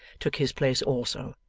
took his place also,